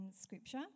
scripture